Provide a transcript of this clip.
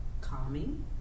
calming